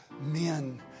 men